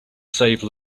save